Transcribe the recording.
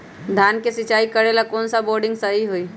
धान के सिचाई करे ला कौन सा बोर्डिंग सही होई?